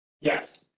yes